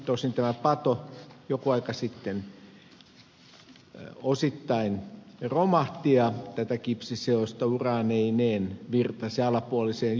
tosin tämä pato joku aika sitten osittain romahti ja tätä kipsiseosta uraaneineen virtasi alapuoliseen jokeen